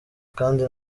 kandi